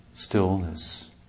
stillness